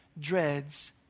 dreads